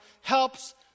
helps